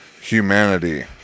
humanity